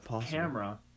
camera